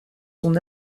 son